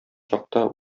чакта